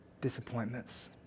disappointments